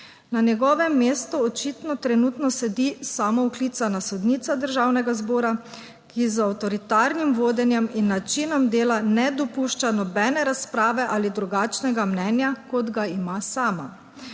Na njegovem mestu očitno trenutno sedi samooklicana sodnica Državnega zbora, ki z avtoritarnim vodenjem in načinom dela ne dopušča nobene razprave ali drugačnega mnenja, kot ga ima sama.